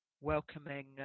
welcoming